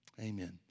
Amen